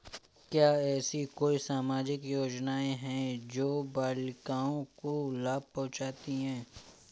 क्या ऐसी कोई सामाजिक योजनाएँ हैं जो बालिकाओं को लाभ पहुँचाती हैं?